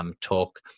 talk